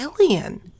alien